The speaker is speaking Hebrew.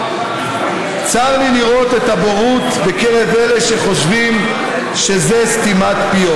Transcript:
צר לי לראות את הבורות בקרב אלה שחושבים שזו סתימת פיות,